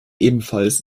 ebenfalls